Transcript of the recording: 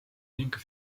ning